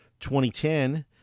2010